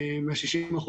מה-60%,